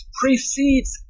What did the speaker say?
precedes